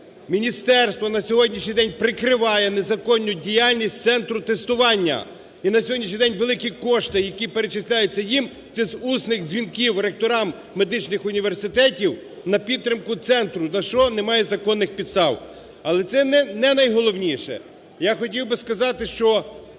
Міністерство на сьогоднішній день прикриває незаконну діяльність Центру тестування. І на сьогоднішній день великі кошти, які перечисляються їм, – це з усних дзвінків ректорам медичних університетів на підтримку центру, на що немає законних підстав. Але це не найголовніше. Я хотів би сказати, що,